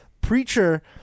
Preacher